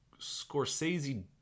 Scorsese